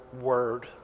word